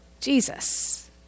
Jesus